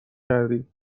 کردی